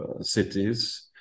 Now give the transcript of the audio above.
cities